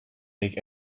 make